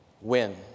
win